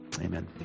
Amen